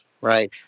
right